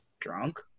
drunk